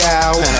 out